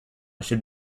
should